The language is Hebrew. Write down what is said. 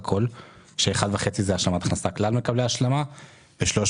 כאשר 1.5 מיליארד זה לכלל מקבלי השלמת ההכנסה ו-300